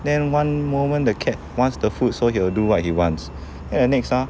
then one moment the cat wants the food so he will do what he wants then the next ah